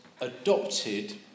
adopted